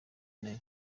nayo